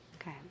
Okay